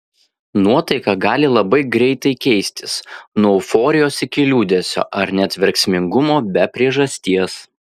nuotaika gali labai greitai keistis nuo euforijos iki liūdesio ar net verksmingumo be priežasties